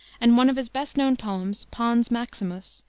and one of his best-known poems, pons maximus,